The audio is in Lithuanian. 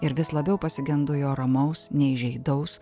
ir vis labiau pasigendu jo ramaus neįžeidaus